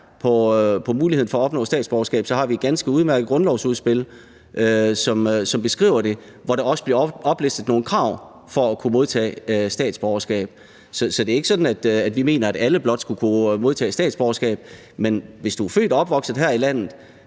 på muligheden for at opnå statsborgerskab, har vi et ganske udmærket grundlovsudspil, som beskriver det, og hvor der også bliver oplistet nogle krav for at kunne modtage statsborgerskab. Så det er ikke sådan, at vi mener, at alle blot skulle kunne modtage statsborgerskab. Men hvis du er født og opvokset her i landet